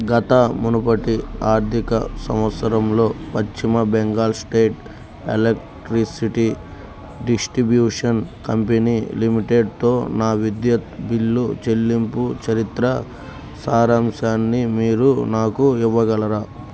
గత మునుపటి ఆర్థిక సంవత్సరంలో Paschim Bengal state electricity distribution company లిమిటెడ్తో నా విద్యుత్ బిల్లు చెల్లింపు చరిత్ర సారాంశాన్ని మీరు నాకు ఇవ్వగలరా